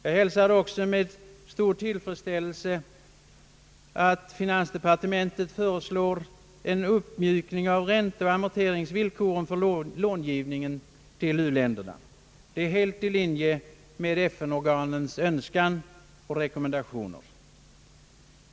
Jag hälsar också med stor tillfredsställelse att finansdepartementet föreslår uppmjukning av ränteoch amorteringsvillkor för långivning till u-länder. Detta är helt i linje med FN-organens önskan och rekommendationer.